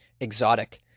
exotic